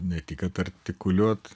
ne tik kad artikuliuot